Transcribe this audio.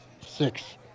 Six